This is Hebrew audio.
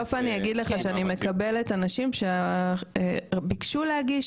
בסוף אני אגיד לך שאני מקבלת אנשים שביקשו להגיש